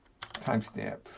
timestamp